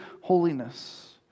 holiness